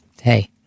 hey